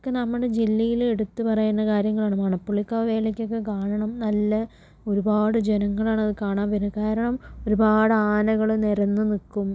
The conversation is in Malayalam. ഒക്കെ നമ്മുടെ ജില്ലയിൽ എടുത്ത് പറയേണ്ട കാര്യങ്ങളാണ് മണപ്പുള്ളിക്കാവ് വേലയ്ക്കൊക്കെ കാണണം നല്ല ഒരുപാട് ജനങ്ങളാണ് അത് കാണാൻ വരുന്നത് കാരണം ഒരുപാട് ആനകൾ നിരന്ന് നിൽക്കും